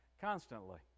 constantly